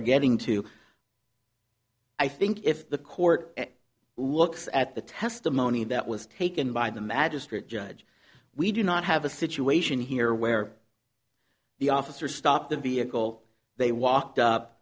are getting to i think if the court looks at the testimony that was taken by the magistrate judge we do not have a situation here where the officer stopped the vehicle they walked up